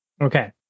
Okay